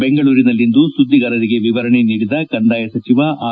ಬೆಂಗಳೂರಿನಲ್ಲಿಂದು ಸುದ್ಗಿಗಾರರಿಗೆ ವಿವರಣೆ ನೀಡಿದ ಕಂದಾಯ ಸಚಿವ ಆರ್